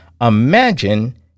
Imagine